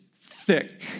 thick